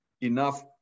enough